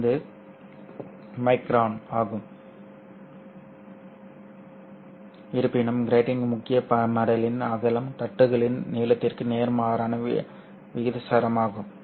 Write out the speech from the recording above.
5 micron ஆகும் இருப்பினும் கிராட்டிங்கின் முக்கிய மடலின் அகலம் தட்டுகளின் நீளத்திற்கு நேர்மாறான விகிதாசாரமாகும்